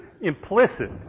implicit